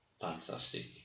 fantastic